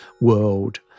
world